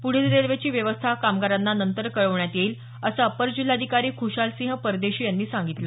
पुढील रेल्वेची व्यवस्था कामगारांना नंतर कळवण्यात येईल असं अपर जिल्हाधिकारी खुशालसिंह परदेशी यांनी सांगितलं